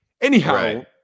Anyhow